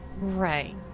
Right